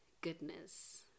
goodness